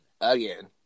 Again